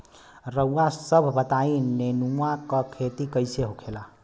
रउआ सभ बताई नेनुआ क खेती कईसे होखेला?